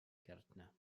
gärtner